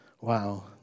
Wow